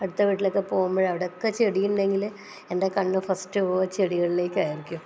അടുത്ത വീട്ടിലൊക്കെ പോവുമ്പോൾ അവിടെയൊക്കെ ചെടി ഉണ്ടെങ്കിൽ എൻ്റെ കണ്ണ് ഫസ്റ്റ് പോവുക ചെടികളിലേക്കായിരിക്കും